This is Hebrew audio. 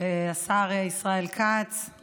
השר ישראל כץ,